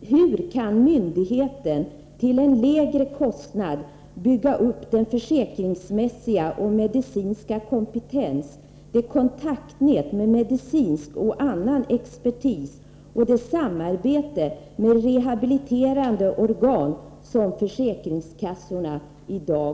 Hur kan myndigheten till en lägre kostnad bygga upp den försäkringsmässiga och medicinska kompetens, det kontaktnät med medicinsk och annan expertis och det samarbete med rehabiliterande organ som försäkringskassorna har i dag?